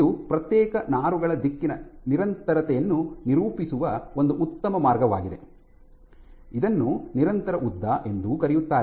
ಇದು ಪ್ರತ್ಯೇಕ ನಾರುಗಳ ದಿಕ್ಕಿನ ನಿರಂತರತೆಯನ್ನು ನಿರೂಪಿಸುವ ಒಂದು ಉತ್ತಮ ಮಾರ್ಗವಾಗಿದೆ ಇದನ್ನು ನಿರಂತರ ಉದ್ದ ಎಂದೂ ಕರೆಯುತ್ತಾರೆ